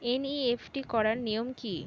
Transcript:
NEFT করার নিয়ম কী?